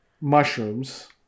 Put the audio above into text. mushrooms